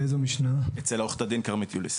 אצל עו"ד כרמית יוליס.